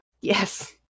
Yes